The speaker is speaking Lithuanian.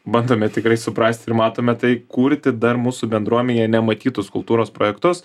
bandome tikrai suprasti ir matome tai kurti dar mūsų bendruomėje nematytus kultūros projektus